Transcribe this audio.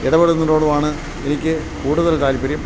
ഇടപെടുന്നതിനോടുമാണ് എനിക്ക് കൂടുതൽ താല്പര്യം